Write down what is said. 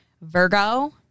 Virgo